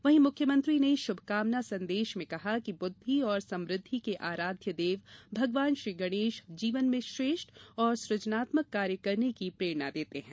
वहीं मुख्यमंत्री ने श्रभकामना संदेश में कहा कि बुद्धि और समृद्धि के आराध्य देव भगवान श्री गर्णेश जीवन में श्रेष्ठ और सुजनात्मक कार्य करने की प्रेरणा देते हैं